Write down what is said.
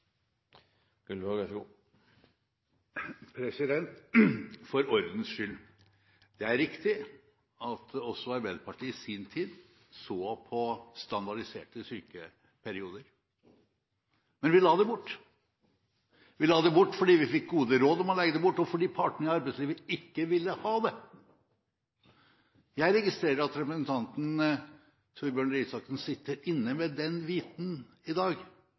sin tid så på standardiserte sykeperioder, men vi la det bort. Vi la det bort fordi vi fikk gode råd om å legge det bort, og fordi partene i arbeidslivet ikke ville ha det. Jeg registrerer at representanten Torbjørn Røe Isaksen sitter inne med den vitenen i dag,